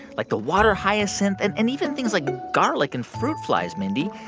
like the water hyacinth, and and even things like garlic and fruit flies, mindy